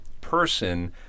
person